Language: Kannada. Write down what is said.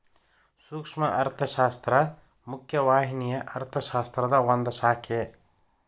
ಸೂಕ್ಷ್ಮ ಅರ್ಥಶಾಸ್ತ್ರ ಮುಖ್ಯ ವಾಹಿನಿಯ ಅರ್ಥಶಾಸ್ತ್ರದ ಒಂದ್ ಶಾಖೆ